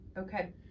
Okay